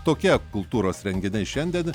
tokie kultūros renginiai šiandien